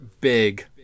big